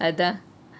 அதான்:athaan